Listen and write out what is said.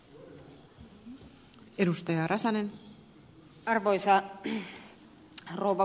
arvoisa rouva puhemies